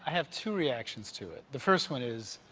have two reactions to it. the first one is,